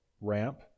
ramp